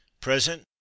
Present